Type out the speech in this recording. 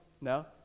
No